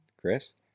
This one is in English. Chris